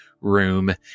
room